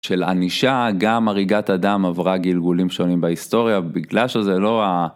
של ענישה גם הריגת אדם עברה גלגולים שונים בהיסטוריה בגלל שזה לא ה...